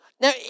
Now